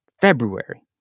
February